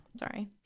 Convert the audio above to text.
Sorry